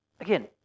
Again